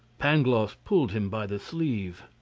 pangloss pulled him by the sleeve.